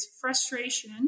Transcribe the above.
frustration